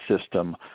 system